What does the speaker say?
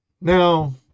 now